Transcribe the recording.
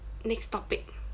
next topic